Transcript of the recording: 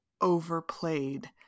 overplayed